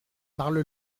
parle